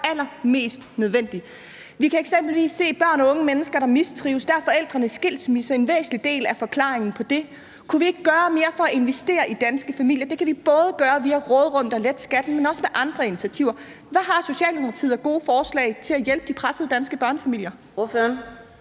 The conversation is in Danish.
allermest nødvendigt. Vi kan eksempelvis se børn og unge mennesker, der mistrives, og der er forældrenes skilsmisse en væsentlig del af forklaringen på det. Kunne vi ikke gøre mere for at investere i danske familier? Det kan vi både gøre ved via et råderum at lette skatten, men også ved andre initiativer. Hvad har Socialdemokratiet af gode forslag til at hjælpe de pressede danske børnefamilier?